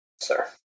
sir